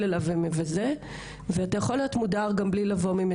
אליו ומבזה ואתה יכול להיות מודר גם בלי לבוא ממצוקה.